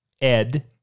Ed